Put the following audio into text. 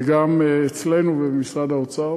וגם אצלנו ובמשרד האוצר,